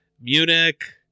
munich